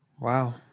Wow